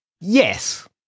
yes